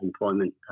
employment